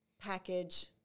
package